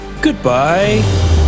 Goodbye